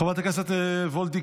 חברת הכנסת וולדיגר,